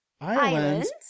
islands